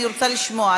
אני רוצה לשמוע.